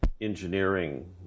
engineering